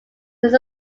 just